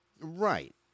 right